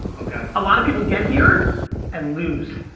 a lot of people get here and lose.